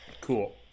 Cool